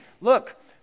Look